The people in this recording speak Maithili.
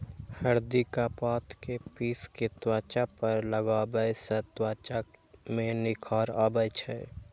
हरदिक पात कें पीस कें त्वचा पर लगाबै सं त्वचा मे निखार आबै छै